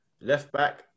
left-back